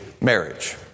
marriage